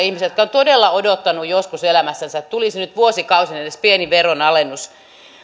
ihmisiä jotka ovat todella odottaneet joskus elämässänsä että tulisi nyt vuosikausiin edes pieni veronalennus